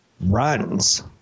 runs